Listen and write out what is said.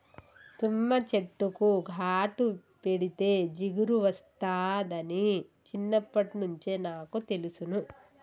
తుమ్మ చెట్టుకు ఘాటు పెడితే జిగురు ఒస్తాదని చిన్నప్పట్నుంచే నాకు తెలుసును